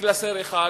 מקלסר אחד,